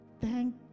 Thank